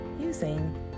using